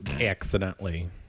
accidentally